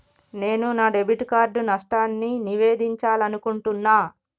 నేను నా debit card నష్టాన్ని నివేదించాలనుకుంటున్నా